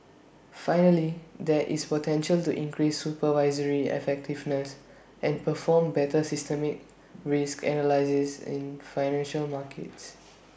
finally there is potential to increase supervisory effectiveness and perform better systemic risk analysis in financial markets